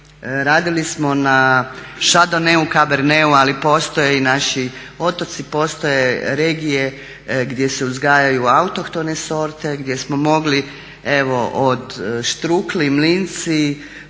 radili smo na Chardoneyu, Cabernetu ali postoje i naši otoci, postoje regije gdje se uzgajaju autohtone sorte, gdje smo mogli evo od štrukli, mlinci,